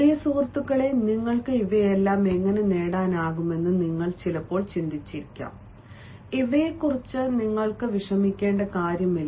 പ്രിയ സുഹൃത്തുക്കളേ നിങ്ങൾക്ക് ഇവയെല്ലാം എങ്ങനെ നേടാനാകുമെന്ന് നിങ്ങൾ ചിലപ്പോൾ ചിന്തിച്ചിരിക്കാം ഇവയെക്കുറിച്ച് നിങ്ങൾക്ക് വിഷമിക്കേണ്ട കാര്യമില്ല